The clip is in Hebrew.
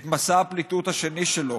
את מסע הפליטות השני שלו,